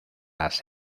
las